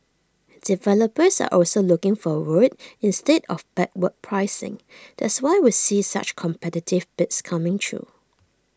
developers are also looking forward instead of backward pricing that's why we see such competitive bids coming through